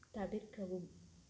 தவிர்க்கவும்